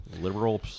Liberal